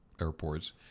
airports